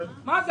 מה זה,